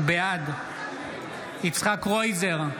בעד יצחק קרויזר,